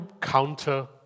counter